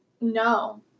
No